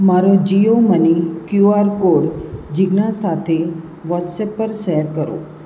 મારો Jio money QR code Jigna સાથે વોટ્સએપ પર શેર કરો